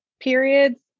periods